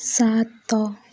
ସାତ